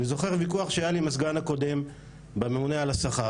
אני זוכר ויכוח שהיה לי עם הסגן הקודם בממונה על השכר